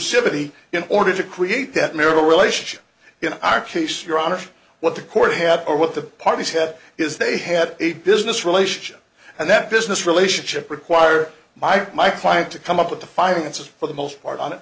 exclusivity in order to create that marital relationship in our case your honor what the court had or what the parties have is they had a business relationship and that business relationship required by my client to come up with the finances for the most part on it